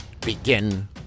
begin